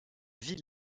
ville